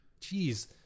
Jeez